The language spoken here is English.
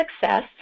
success